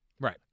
Right